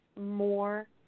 more